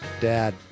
dad